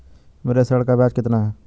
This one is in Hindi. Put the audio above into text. मेरे ऋण का ब्याज कितना है?